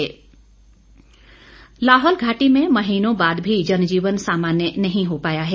लाहौल स्पीति लाहौल घाटी में महीनों बाद भी जनजीवन सामान्य नहीं हो पाया है